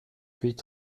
huit